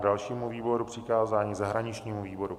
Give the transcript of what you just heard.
Dalšímu výboru přikázání zahraničnímu výboru.